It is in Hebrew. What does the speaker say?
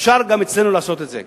אפשר גם אצלנו לעשות את זה,